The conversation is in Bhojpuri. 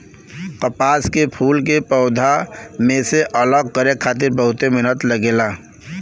कपास के फूल के पौधा में से अलग करे खातिर बहुते मेहनत लगेला